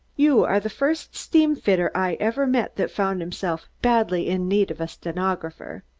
you are the first steamfitter i ever met that found himself badly in need of a stenographer.